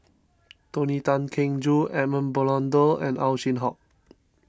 Tony Tan Keng Joo Edmund Blundell and Ow Chin Hock